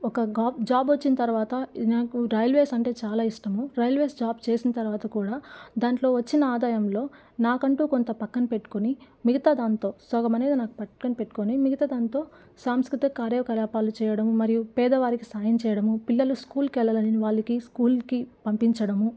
ఒక గా జాబ్ వచ్చిన తర్వాత నాకు రైల్వేస్ అంటే చాలా ఇష్టము రైల్వేస్ జాబ్ చేసిన తర్వాత కూడా దాంట్లో వచ్చిన ఆదాయంలో నాకంటూ కొంత పక్కన పెట్టుకొని మిగతా దాంతో సగం అనేది నాకు పక్కన పెట్టుకొని మిగతా దాంతో సాంస్కృతిక కార్యకలాపాలు చేయడం మరియు పేదవారికి సహాయం చేయడము పిల్లలు స్కూల్కి వెళ్ళలేని వాళ్ళకి స్కూల్కి పంపించడము